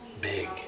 big